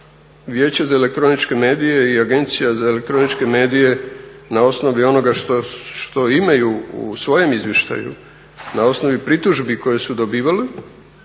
Vijeće za elektroničke medije i Agencija za elektroničke medije na osnovi onoga što imaju u svojem izvještaju, na osnovi pritužbi koje su dobivali